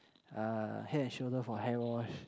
uh head and shoulder for hair wash